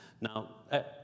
Now